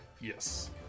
Yes